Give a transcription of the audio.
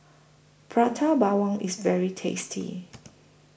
Prata Bawang IS very tasty